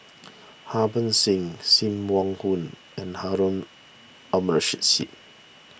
Harbans Singh Sim Wong Hoo and Harun Aminurrashid